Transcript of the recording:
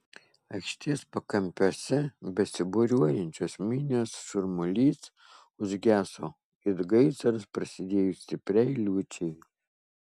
aikštės pakampiuose besibūriuojančios minios šurmulys užgeso it gaisras prasidėjus stipriai liūčiai